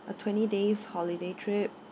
a twenty days holiday trip